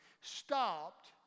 stopped